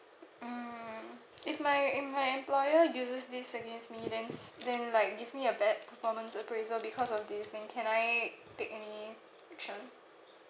mm if my if my employer uses this against me then s~ then like give me a bad performance appraisal because of this then can I take any action